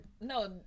No